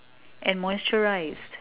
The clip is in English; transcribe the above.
and moisturised